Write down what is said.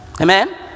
Amen